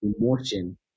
emotion